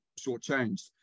shortchanged